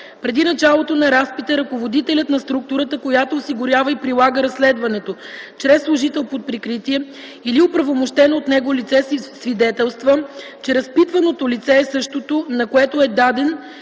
Преди началото на разпита ръководителят на структурата, която осигурява и прилага разследването чрез служител под прикритие, или оправомощено от него лице свидетелства, че разпитваното лице е същото, на което е даден